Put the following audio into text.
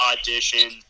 audition